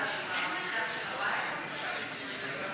ההסתייגות (5) של קבוצת סיעת מרצ וקבוצת סיעת המחנה הציוני לסעיף